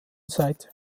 seite